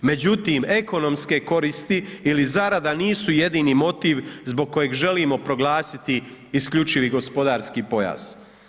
Međutim, ekonomske koristi ili zarada nisu jedini motiv zbog kojeg želimo proglasiti isključivi gospodarski pojas.